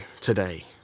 today